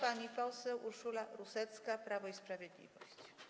Pani poseł Urszula Rusecka, Prawo i Sprawiedliwość.